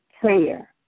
prayer